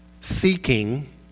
seeking